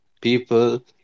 people